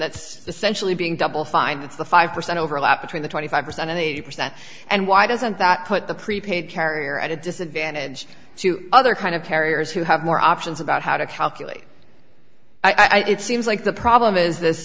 that's essentially being double fine that's the five percent overlap between the twenty five percent and eighty percent and why doesn't that put the prepaid carrier at a disadvantage to other kind of carriers who have more options about how to calculate i it seems like the problem is this